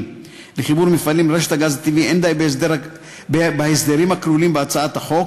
לחיבור מפעלים לרשת הגז הטבעי אין די בהסדרים הכלולים בהצעת החוק,